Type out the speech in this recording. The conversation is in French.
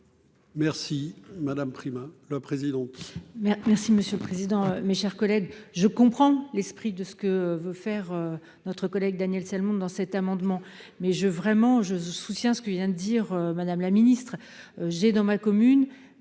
Merci madame Prima,